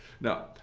Now